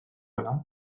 ala